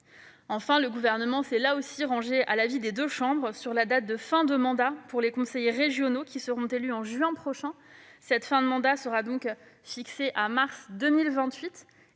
Enfin, le Gouvernement s'est rangé à l'avis des deux chambres sur la date de fin de mandat pour les conseillers régionaux qui seront élus en juin prochain. Cette fin de mandat sera donc fixée à mars 2028,